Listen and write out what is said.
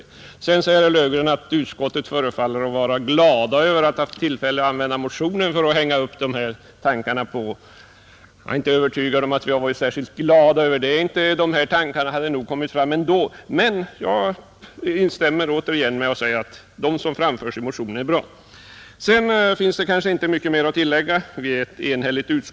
Sedan säger herr Löfgren att utskottets ledamöter förefaller vara glada över att ha fått motionen att hänga upp sina tankar på. Jag är inte övertygad om att vi varit särskilt glada över det — tankarna hade nog kommit fram ändå. Men jag säger än en gång att de som framföres i motionen är bra, Sedan finns det kanske inte mycket mer att tillägga — utskottet är ju enhälligt.